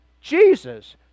Jesus